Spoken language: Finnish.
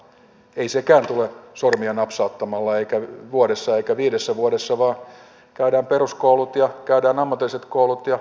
ei sekään tulee sormia napsauttamalla eikä vuodessa eikä viidessä vuodessa vaan käydään peruskoulut ja käydään ammatilliset koulut ja ammattikorkeakoulut